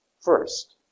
first